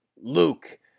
Luke